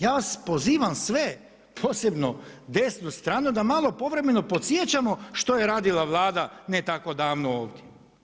Ja vas pozivam sve, posebno desnu stranu da malo povremeno podsjećamo što je radila Vlada ne tako davno ovdje.